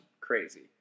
crazy